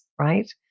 right